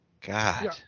God